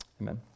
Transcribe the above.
Amen